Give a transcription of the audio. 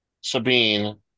Sabine